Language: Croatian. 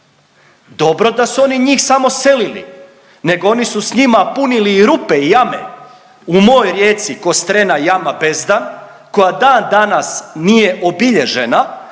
Dobro da su oni njih samo selili, nego oni su s njima punili i rupe i jame. U mojoj Rijeci Kostrena Jama Bezdan koja dan danas nije obilježena,